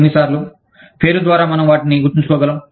ఎన్నిసార్లు పేరు ద్వారా మనం వాటిని గుర్తుంచుకోగలం